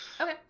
Okay